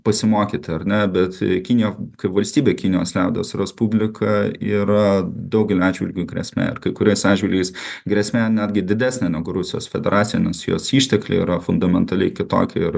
pasimokyti ar ne bet kinija kaip valstybė kinijos liaudies respublika yra daugeliu atžvilgių grėsmė ar kai kuriais atžvilgiais grėsme netgi didesnė negu rusijos federacija nes jos ištekliai yra fundamentaliai kitokie ir